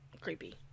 Creepy